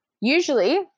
usually